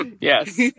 Yes